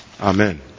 Amen